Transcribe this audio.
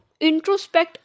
introspect